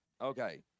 Okay